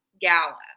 Gala